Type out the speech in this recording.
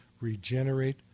Regenerate